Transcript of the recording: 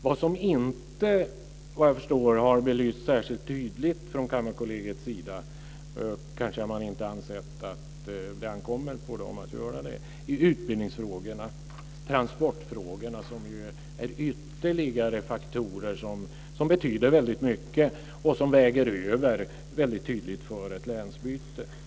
Vad som inte har belysts särskilt tydligt från Kammarkollegiets sida - kanske har man inte ansett att det ankommer på dem att göra det - är utbildnings och transportfrågorna, som är ytterligare faktorer som betyder mycket och som tydligt väger över för ett länsbyte. Fru talman!